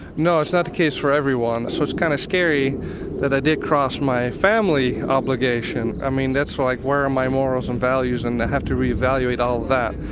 no, it's not the case for everyone, so it's kind of scary that i did cross my family obligation. i mean, that's like where are my morals and values, and i have to re-evaluate all that.